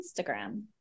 Instagram